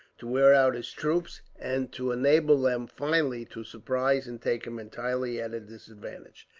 to wear out his troops, and to enable them finally to surprise and take him entirely at a disadvantage.